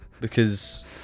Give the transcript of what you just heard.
Because-